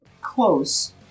Close